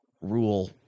rule